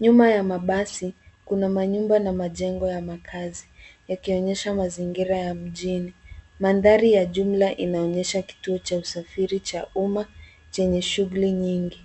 Nyuma ya mbasi kuna manyumba na majengo ya makazi yakionyesha mazingira ya mjini. Mandhari ya jumla inaonyesha kituo cha usafiri cha umma chenye shughuli nyingi.